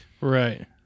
Right